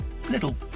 little